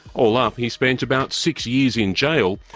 all up, he spent about six years in jail.